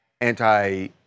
anti-